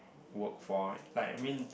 work for like I mean